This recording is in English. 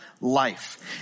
life